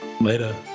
Later